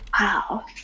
wow